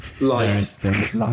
life